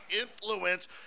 influence